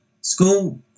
school